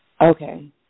Okay